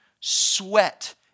sweat